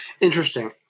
Interesting